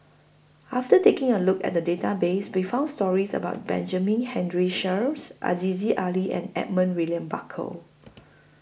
after taking A Look At The Database We found stories about Benjamin Henry Sheares Aziza Ali and Edmund William Barker